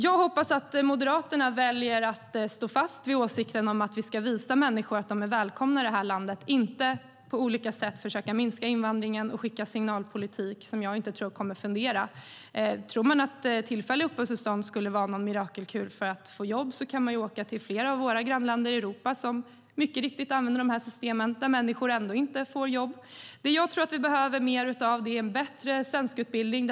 Jag hoppas att Moderaterna väljer att stå fast vid att vi ska visa människor att de är välkomna i det här landet och inte på olika sätt försöka minska invandringen och bedriva signalpolitik, vilket jag inte tror kommer att fungera. Tror man att tillfälliga uppehållstillstånd skulle vara en mirakelkur för att få jobb kan man titta på hur det har gått i flera av våra europeiska grannländer. Där använder man dessa system, men människor får ändå inte jobb. Det jag tror att vi behöver mer av är bättre svenskutbildning.